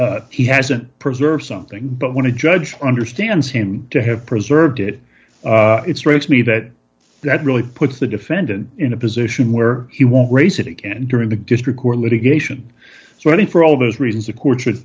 if he hasn't preserved something but when a judge understands him to have preserved it it strikes me that that really puts the defendant in a position where he won't raise it again during the district court litigation so i think for all those reasons the courts should